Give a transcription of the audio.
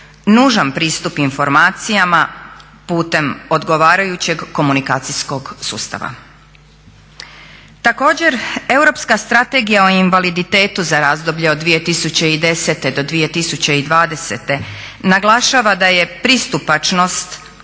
nužan pristup informacijama putem odgovarajućeg komunikacijskog sustava. Također, Europska strategija o invaliditetu za razdoblje od 2010. do 2020. naglašava da je pristupačnost